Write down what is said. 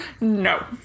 no